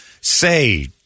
Say